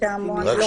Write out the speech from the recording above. אני רק